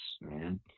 man